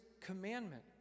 commandment